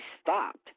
stopped